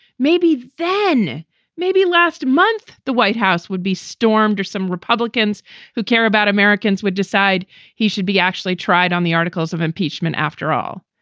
maybe then maybe last month the white house would be stormed or some republicans who care about americans would decide he should be actually tried on the articles of impeachment, after all.